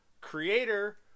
creator